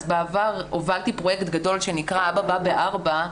בעבר הובלתי פרויקט גדול שנקרא "אבא בא בארבע",